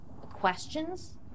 questions